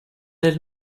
del